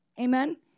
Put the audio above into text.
Amen